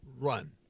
run